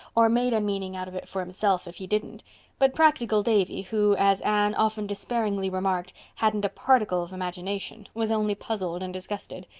or made a meaning out of it for himself, if he didn't but practical davy, who, as anne often despairingly remarked, hadn't a particle of imagination, was only puzzled and disgusted.